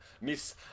Miss